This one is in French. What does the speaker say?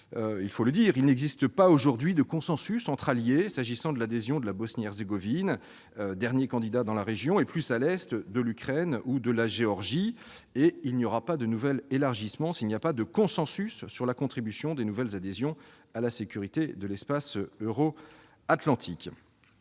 il n'existe pas aujourd'hui de consensus quant à l'adhésion de la Bosnie-Herzégovine, dernier candidat dans la région, et, plus à l'est, de l'Ukraine ou de la Géorgie ; et il n'y aura pas de nouvel élargissement s'il n'y a pas de consensus quant à la contribution de nouvelles adhésions à la sécurité de l'espace euro-atlantique.